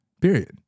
Period